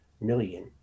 million